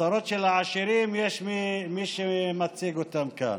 הצרות של העשירים, יש מי שמציג אותן כאן.